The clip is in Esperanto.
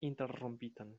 interrompitan